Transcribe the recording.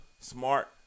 Smart